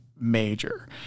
major